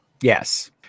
Yes